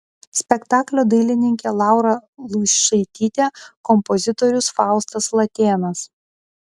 spektaklio dailininkė laura luišaitytė kompozitorius faustas latėnas